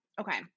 Okay